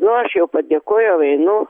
nu aš jau padėkojau einu